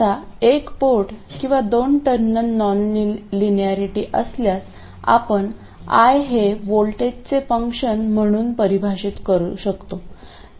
आता एक पोर्ट किंवा दोन टर्मिनल नॉनलिनिरिटी असल्यास आपण I हे व्होल्टेजचे फंक्शन म्हणून परिभाषित करू शकतो